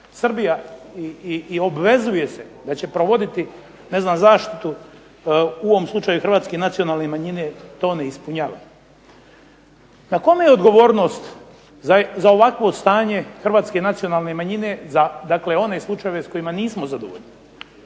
Srbija i obvezuje se da će provoditi, ne znam zaštitu u ovom slučaju Hrvatske nacionalne manjine to ne ispunjava. Na kome je odgovornost za ovakvo stanje Hrvatske nacionalne manjine za one slučajeve za koje nismo zadovoljni.